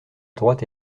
droite